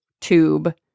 tube